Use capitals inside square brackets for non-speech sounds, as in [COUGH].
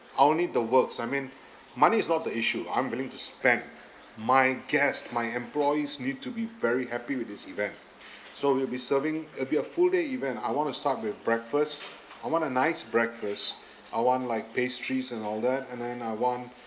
I will need the works I mean money is not the issue I'm willing to spend my guests my employees need to be very happy with this event [BREATH] so we'll be serving it'll be a full day event I want to start with breakfast I want a nice breakfast [BREATH] I want like pastries and all that and then I want [BREATH]